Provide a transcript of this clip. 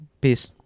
Peace